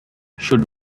should